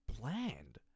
bland